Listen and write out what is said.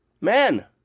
Men